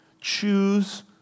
Choose